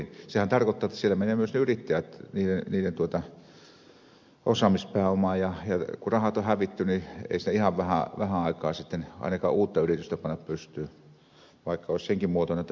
sehän tarkoittaa jotta siellä menee myös yrittäjien osaamispääoma ja kun rahat on hävitty niin ei siinä ihan vähään aikaan sitten ainakaan uutta yritystä panna pystyyn vaikka se olisi senkin muotoinen jotta pystyisi laittamaan